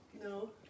No